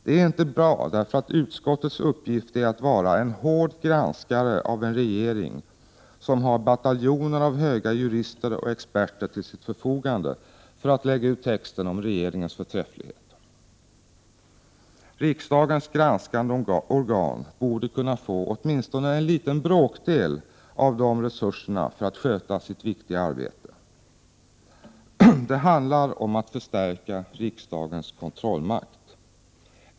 Det är inte bra, eftersom utskottets uppgift är att vara en hård granskare av en regering som har bataljoner av höga jurister och experter till sitt förfogande för att lägga ut texten om regeringens förträfflighet. Riksdagens granskande organ borde kunna få åtminstone en bråkdel av de resurserna för att kunna sköta sitt viktiga arbete. Det handlar om att förstärka riksdagens kontrollmakt.